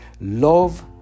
Love